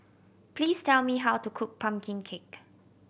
please tell me how to cook pumpkin cake